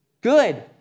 good